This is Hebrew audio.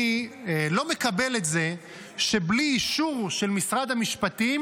אני לא מקבל את זה שבלי אישור של משרד המשפטים